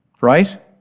right